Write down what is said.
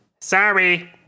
Sorry